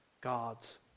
God's